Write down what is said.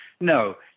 no